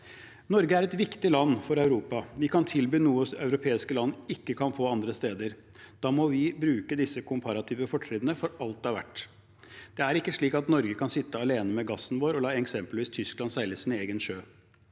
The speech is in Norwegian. Norge er et viktig land for Europa. Vi kan tilby noe europeiske land ikke kan få andre steder. Da må vi bruke disse komparative fortrinnene for alt de er verdt. Det er ikke slik at Norge kan sitte alene med gassen vår og la eksempelvis Tyskland seile sin egen sjø.